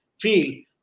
feel